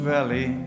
Valley